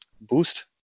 boost